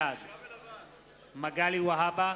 בעד מגלי והבה,